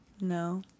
No